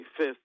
25th